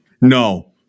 No